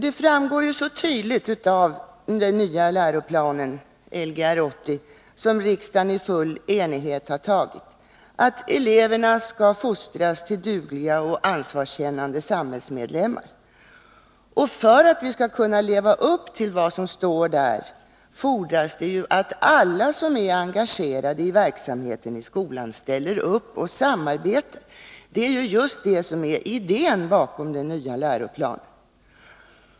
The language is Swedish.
Det framgår ju så tydligt av den nya läroplanen, Lgr 80, som riksdagen i full enighet har fattat beslut om, att eleverna skall fostras till dugliga och ansvarskännande samhällsmedlemmar. För att vi skall kunna leva upp till vad som står där fordras det att alla som är engagerade i verksamheten i skolan ställer upp och samarbetar. Det är ju just det som är idén bakom den nya läroplanen.